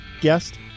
guest